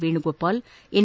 Venugopal N